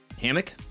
Hammock